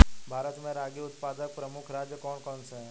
भारत में रागी उत्पादक प्रमुख राज्य कौन कौन से हैं?